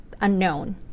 unknown